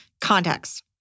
Context